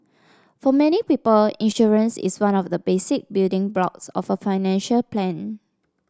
for many people insurance is one of the basic building blocks of a financial plan